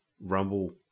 Rumble